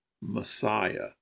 Messiah